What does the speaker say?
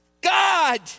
God